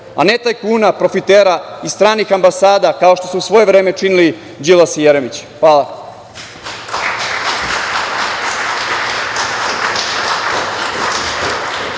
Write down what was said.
a ne tajkuna, profitera i stranih ambasada, kao što su u svoje vreme činili Đilas i Jeremić.